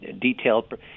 detailed